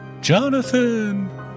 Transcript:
Jonathan